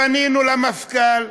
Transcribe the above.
פנינו למפכ"ל,